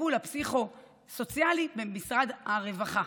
לטיפול הפסיכו-סוציאלי במשרד הרווחה.